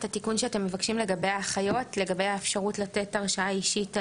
את התיקון שאתם מבקשים לגבי האפשרות לתת הרשאה אישית לאחיות,